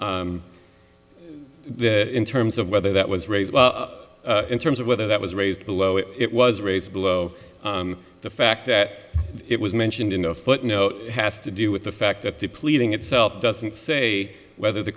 in terms of whether that was raised in terms of whether that was raised below it was raised below the fact that it was mentioned in a footnote has to do with the fact that the pleading itself doesn't say whether the